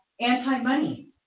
anti-money